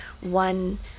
one